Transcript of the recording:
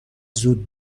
زود